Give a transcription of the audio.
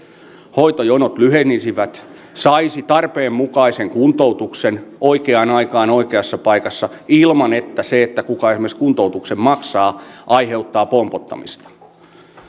hoitojonot lyhenisivät ja ihmiset saisivat tarpeen mukaisen kuntoutuksen oikeaan aikaan oikeassa paikassa ilman että esimerkiksi se kuka kuntoutuksen maksaa aiheuttaa pompottamista